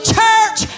church